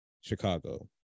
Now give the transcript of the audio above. Chicago